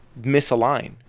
misalign